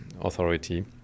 Authority